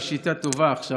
זאת שיטה עכשיו,